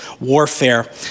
warfare